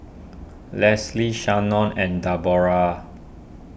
Lesli Shanon and Debora